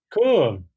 Cool